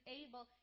able